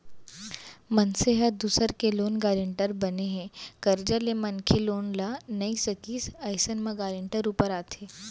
मनसे ह दूसर के लोन गारेंटर बने हे, करजा ले मनखे लोन ल नइ सकिस अइसन म गारेंटर ऊपर आथे